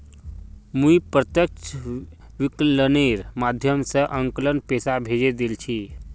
मुई प्रत्यक्ष विकलनेर माध्यम स अंकलक पैसा भेजे दिल छि